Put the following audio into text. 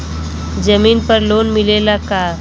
जमीन पर लोन मिलेला का?